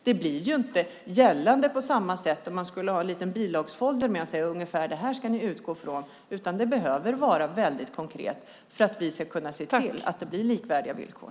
Det blir ju inte gällande på samma sätt om man skulle ha en liten bilagsfolder med och säga: Ungefär det här ska ni utgå från. Det behöver vara väldigt konkret för att vi ska kunna se till att det blir likvärdiga villkor.